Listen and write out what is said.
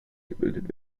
gebildet